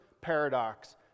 paradox